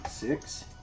Six